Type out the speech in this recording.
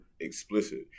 explicit